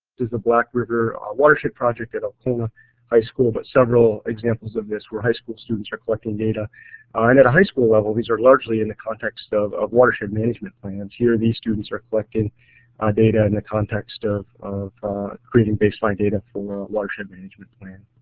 is the black river watershed project at alcona high school but several examples of this where high school students are collecting data and at a high school level these are largely in the context of of watershed management plans. here these students are collecting ah data in the context of of creating baseline data ah watershed management plan.